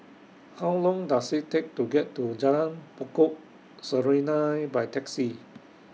How Long Does IT Take to get to Jalan Pokok Serunai By Taxi